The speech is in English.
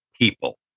people